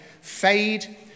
fade